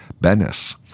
Bennis